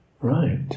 right